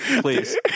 please